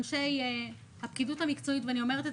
אנשי הפקידות המקצועית ואני אומרת את